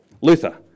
Luther